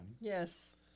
yes